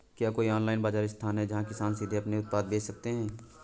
क्या कोई ऑनलाइन बाज़ार स्थान है जहाँ किसान सीधे अपने उत्पाद बेच सकते हैं?